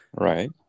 right